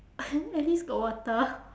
at least got water